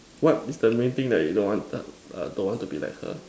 what is the main thing that you don't want err don't want to be like her